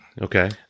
Okay